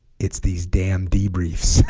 it's these damn debriefs